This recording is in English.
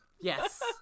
Yes